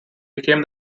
became